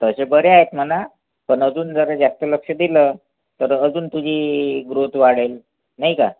तसे बरे आहेत म्हणा पण अजून जरा जास्त लक्ष दिलं तर अजून तुझी ग्रोत वाढेल नाही का